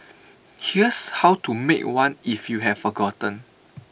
here's how to make one if you have forgotten